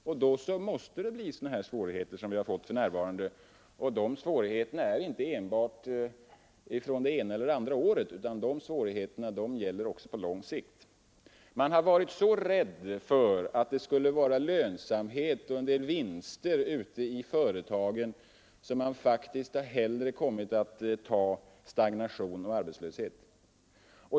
Då måste det bli sådana svårigheter som råder för närvarande. De svårigheterna gäller inte enbart det ena eller andra året utan gäller även på lång sikt. Socialdemokraterna har varit så dda för lönsamhet och vinster ute i företagen att de faktiskt hellre accepterat stagnation och arbetslöshet.